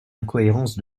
incohérence